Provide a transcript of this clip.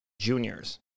juniors